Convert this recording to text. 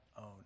own